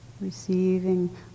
receiving